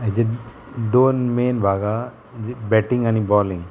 हेजे दोन मेन भाग हा म्हणजे बॅटींग आनी बॉलिंग